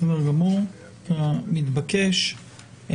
בסדר גמור, זה מתבקש.